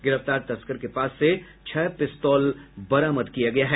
गिरफ्तार तस्कर के पास से छह पिस्तौल बरामद किया गया है